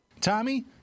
Tommy